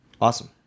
Awesome